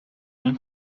این